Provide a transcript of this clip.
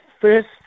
first